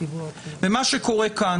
מכיוון שאתה,